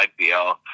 IPL